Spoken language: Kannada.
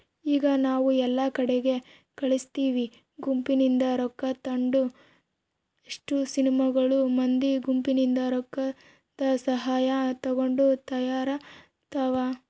ಈಗ ನಾವು ಎಲ್ಲಾ ಕಡಿಗೆ ಕೇಳ್ತಿವಿ ಗುಂಪಿನಿಂದ ರೊಕ್ಕ ತಾಂಡು ಎಷ್ಟೊ ಸಿನಿಮಾಗಳು ಮಂದಿ ಗುಂಪಿನಿಂದ ರೊಕ್ಕದಸಹಾಯ ತಗೊಂಡು ತಯಾರಾತವ